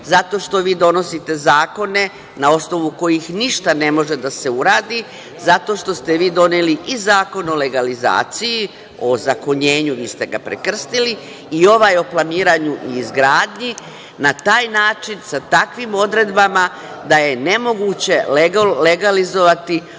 zato što donosite zakone na osnovu kojih ništa ne može da se uradi, zato što ste doneli i Zakon o legalizaciji, o ozakonjenju, vi ste ga prekrstili i ovaj o planiranju i izgradnji. Na taj način, sa takvim odredbama da je nemoguće legalizovati